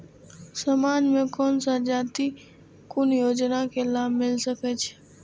समाज में कोन सा जाति के कोन योजना के लाभ मिल सके छै?